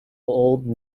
old